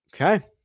okay